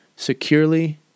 securely